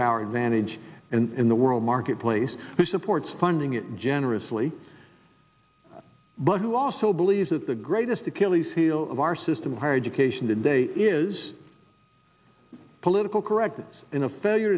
power advantage and in the world marketplace who supports funding it generously but who also believes that the greatest achilles heel of our system of higher education today is political correctness in a failure